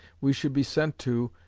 we should be sent to,